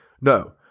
No